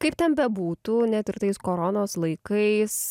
kaip ten bebūtų net ir tais koronos laikais